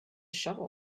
shovel